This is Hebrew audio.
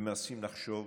ומנסים לחשוב